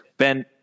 Ben